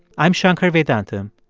i'm shankar vedantam,